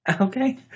Okay